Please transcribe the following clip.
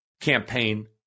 campaign